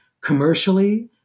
commercially